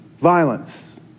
violence